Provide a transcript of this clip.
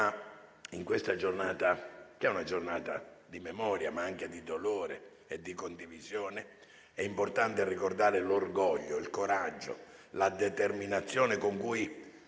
In questa giornata, che è una giornata di memoria, ma anche di dolore e di condivisione, è però importante ricordare l'orgoglio, il coraggio e la determinazione con cui